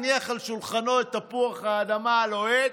הניח על שולחנו את תפוח האדמה הלוהט,